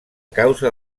causa